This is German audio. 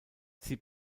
sie